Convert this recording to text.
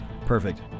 perfect